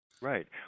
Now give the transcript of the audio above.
right